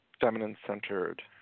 feminine-centered